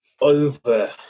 over